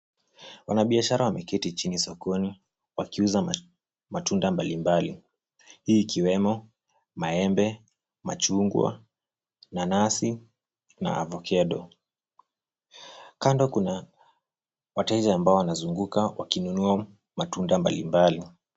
Wanabiashara wameketi chini sokoni wakiuza matunda mbalimbali, hii ikiwemo maembe, machungwa, nanasi na avocado . Kando kuna wateja ambao wanazunguka wakinunua matunda mbalimbali.